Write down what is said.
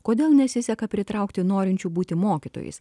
kodėl nesiseka pritraukti norinčių būti mokytojais